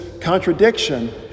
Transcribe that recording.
contradiction